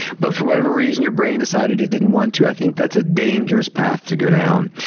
but for whatever reason your brain decided it didn't want to. i think that's a dangerous path to go down.